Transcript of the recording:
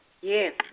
Yes